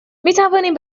میتوانیم